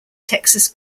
texas